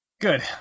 Good